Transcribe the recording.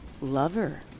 lover